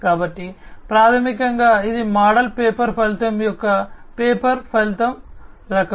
కాబట్టి ప్రాథమికంగా ఇది మోడల్ పేపర్ ఫలితం యొక్క పే పర్ ఫలితం రకం